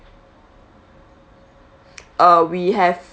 uh we have